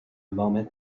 moment